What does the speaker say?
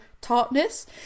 tartness